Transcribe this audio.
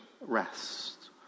rest